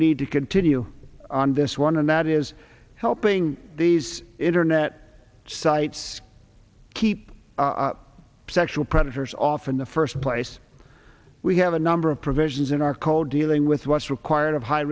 need to continue on this one and that is helping these internet sites keep sexual predators off in the first place we have a number of provisions in our code dealing with what's required of high